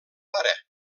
pare